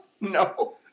No